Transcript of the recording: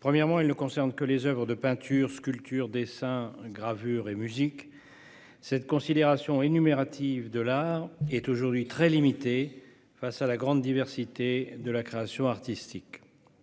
Premièrement, elle ne concerne que les oeuvres de peinture, sculpture, dessin, gravure et musique. Cette considération énumérative de l'art est aujourd'hui très limitée au regard de la grande diversité de la création artistique.